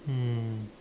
mm